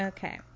Okay